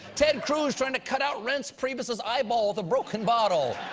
ted cruz trying to cut out reince priebus' eyeball with a broken bottle.